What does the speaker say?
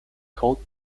colt